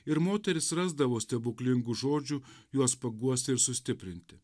ir moteris rasdavo stebuklingų žodžių juos paguosti ir sustiprinti